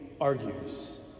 argues